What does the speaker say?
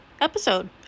episode